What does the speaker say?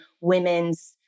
women's